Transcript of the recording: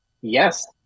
yes